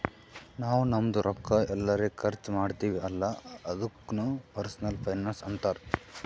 ನಾವ್ ನಮ್ದು ರೊಕ್ಕಾ ಎಲ್ಲರೆ ಖರ್ಚ ಮಾಡ್ತಿವಿ ಅಲ್ಲ ಅದುಕ್ನು ಪರ್ಸನಲ್ ಫೈನಾನ್ಸ್ ಅಂತಾರ್